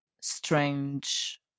strange